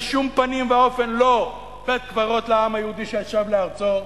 בשום פנים ואופן לא בית-קברות לעם היהודי ששב לארצו,